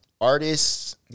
artists